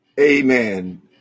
Amen